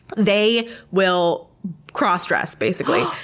they will cross-dress, basically.